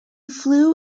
flew